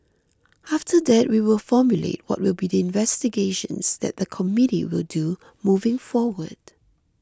after that we will formulate what will be the investigations that the committee will do moving forward